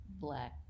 black